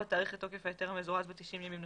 תאריך את תוקף ההיתר המזורז ב-90 ימים נוספים,